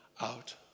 out